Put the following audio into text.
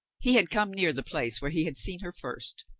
he had come near the place where he had seen her first.